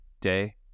day